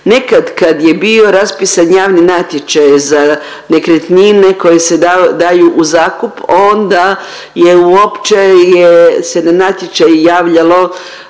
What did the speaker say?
Nekad kad je bio raspisan javni natječaj za nekretnine koje se daju u zakup onda je uopće se na natječaj javljalo